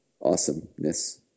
awesomeness